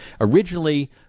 Originally